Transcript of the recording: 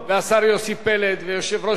ויושב-ראש ועדת העבודה,